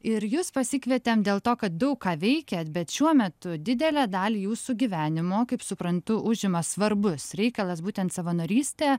ir jus pasikvietėm dėl to kad daug ką veikiat bet šiuo metu didelę dalį jūsų gyvenimo kaip suprantu užima svarbus reikalas būtent savanorystė